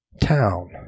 town